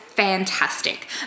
fantastic